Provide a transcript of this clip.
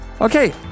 Okay